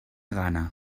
gana